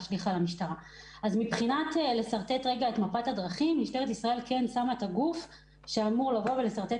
משטרת ישראל הן הכינה את הגוף שאמור לשרטט